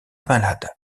malade